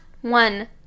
one